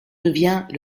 devient